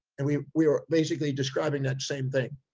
and we were basically describing that same thing.